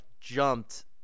jumped